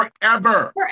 Forever